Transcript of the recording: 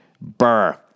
burr